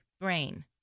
brain